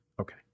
Okay